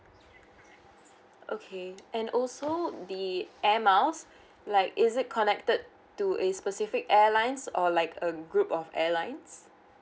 okay and also the air miles like is it connected to a specific airlines or like a group of airlines